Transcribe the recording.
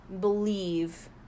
believe